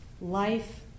life